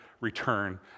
return